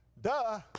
Duh